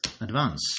advance